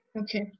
Okay